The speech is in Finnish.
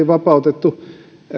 vapautettu